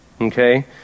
okay